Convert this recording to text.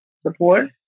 Support